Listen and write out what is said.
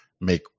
make